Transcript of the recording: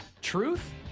truth